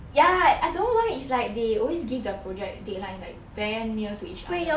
ya I don't why it's like they always give the project deadline like very near to each other